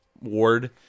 ward